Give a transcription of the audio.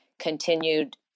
continued